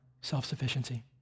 self-sufficiency